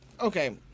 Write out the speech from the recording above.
okay